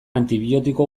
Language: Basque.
antibiotiko